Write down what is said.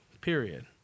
period